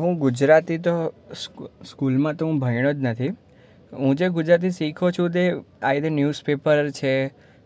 હું ગુજરાતી તો સ્કૂલ સ્કૂલમાં તો હું ભણ્યો જ નથી હું જે ગુજરાતી શીખો છું તે આ રીતે ન્યૂઝપેપર છે